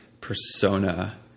persona